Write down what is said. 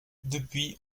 depuis